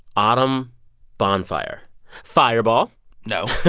autumn bonfire fireball no.